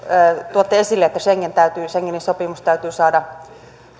tuotte esille että schengenin sopimus täytyy saada